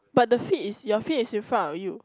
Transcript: but the feet is your feet is in front of you